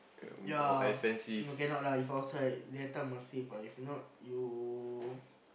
yea cannot lah if outside data must save ah if not you